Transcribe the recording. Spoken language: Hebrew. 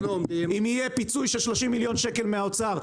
אם יהיה פיצוי של 30 מיליון שקל מהאוצר,